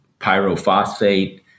pyrophosphate